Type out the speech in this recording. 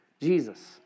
Jesus